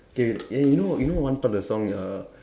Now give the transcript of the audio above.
okay eh you know you know one part of the song err